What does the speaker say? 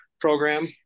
program